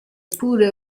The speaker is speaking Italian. pure